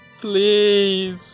please